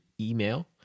email